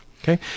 Okay